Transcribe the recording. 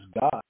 God